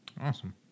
awesome